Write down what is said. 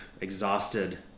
exhausted